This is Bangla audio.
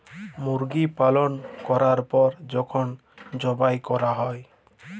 মুরগি পালল ক্যরার পর যখল যবাই ক্যরা হ্যয়